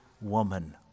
woman